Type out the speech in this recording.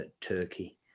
Turkey